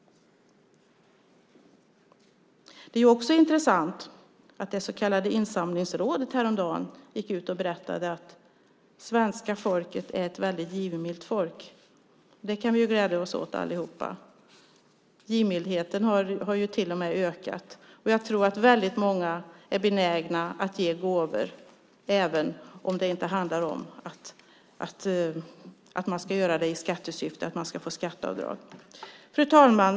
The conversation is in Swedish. Det är också intressant att det så kallade Insamlingsrådet häromdagen gick ut och berättade att svenska folket är ett väldigt givmilt folk. Det kan vi glädja oss åt allihop. Givmildheten har till och med ökat. Och jag tror att väldigt många är benägna att ge gåvor även om det inte handlar om att göra det i skattesyfte, att man ska få göra skatteavdrag. Fru talman!